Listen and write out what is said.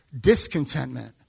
discontentment